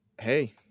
Hey